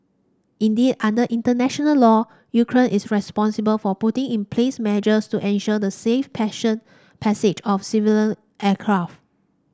indeed under international law Ukraine is responsible for putting in place measures to ensure the safe passion passage of civilian aircraft